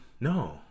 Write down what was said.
No